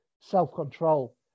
self-control